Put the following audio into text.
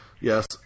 Yes